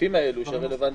הענפים האלה שרלוונטיים.